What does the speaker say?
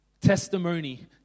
Testimony